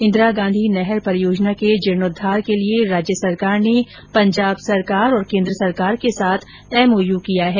इंदिरा गांधी नहर परियोजना के जीर्णोद्वार के लिए राज्य सरकार ने पंजाब सरकार और केन्द्र सरकार के साथ एमओयू किया है